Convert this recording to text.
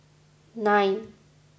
nine